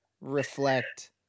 reflect